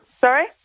Sorry